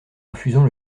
refusons